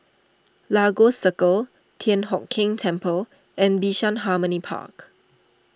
Lagos Circle Thian Hock Keng Temple and Bishan Harmony Park